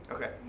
Okay